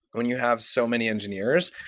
when you have so many engineers,